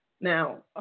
Now